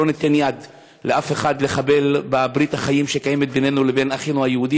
לא ניתן יד לאף אחד לחבל בברית החיים שקיימת בינינו לבין אחינו היהודים,